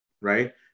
right